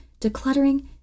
decluttering